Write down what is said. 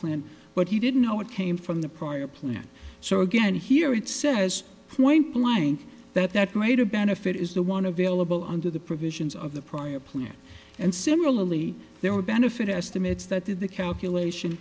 plan but he didn't know it came from the prior plan so again here it says point blank that that greater benefit is the one available under the provisions of the prior plan and similarly there are benefit estimates that in the calculation